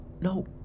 No